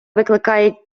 викликає